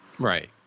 Right